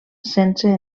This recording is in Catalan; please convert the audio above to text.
sense